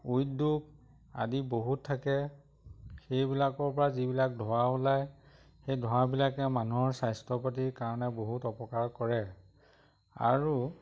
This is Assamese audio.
উদ্যোগ আদি বহুত থাকে সেইবিলাকৰ পৰা যিবিলাক ধোঁৱা ওলায় সেই ধোঁৱাবিলাকে মানুহৰ স্বাস্থ্য পাতিৰ কাৰণে বহুত অপকাৰ কৰে আৰু